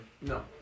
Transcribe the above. No